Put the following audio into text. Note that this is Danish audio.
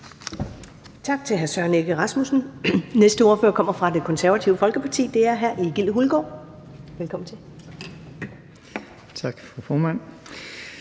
Tak til hr. Søren Egge Rasmussen. Den næste ordfører kommer fra Det Konservative Folkeparti, og det er hr. Egil Hulgaard. Velkommen til. Kl.